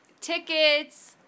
tickets